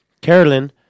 Carolyn